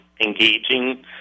engaging